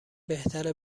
بهتره